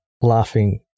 laughing